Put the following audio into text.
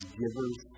givers